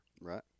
right